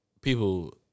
people